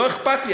לא אכפת לי,